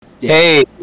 Hey